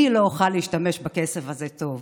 אני לא אוכל להשתמש בכסף הזה טוב,